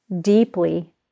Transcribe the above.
deeply